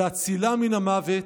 להצילם מן המוות,